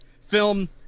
film